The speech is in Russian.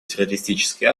террористические